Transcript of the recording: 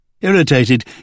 Irritated